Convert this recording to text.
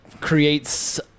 creates